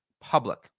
public